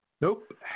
Nope